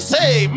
Say